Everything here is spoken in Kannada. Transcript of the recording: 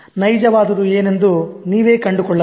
ನೈಜವಾದುದು ಏನೆಂದು ನೀವೇ ಕಂಡುಕೊಳ್ಳಬೇಕು